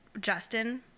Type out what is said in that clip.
Justin